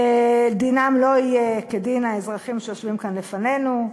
דינם לא יהיה כדין האזרחים שיושבים כאן לפנינו,